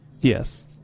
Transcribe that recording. Yes